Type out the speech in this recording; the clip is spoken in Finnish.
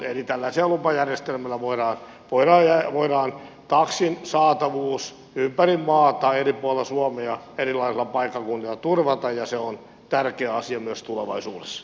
eli tällaisella lupajärjestelmällä voidaan taksin saatavuus ympäri maata eri puolilla suomea erilaisilla paikkakunnilla turvata ja se on tärkeä asia myös tulevaisuudessa